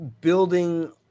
building